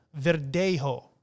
Verdejo